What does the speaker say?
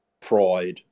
pride